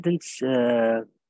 students